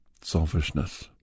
selfishness